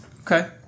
Okay